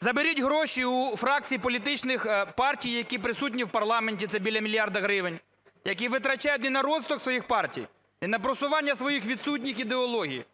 Заберіть гроші у фракцій, політичних партій, які присутні в парламенті, – це біля мільярда гривень. Які витрачають не на розвиток своїх партій, не на просування своїх відсутніх ідеологій,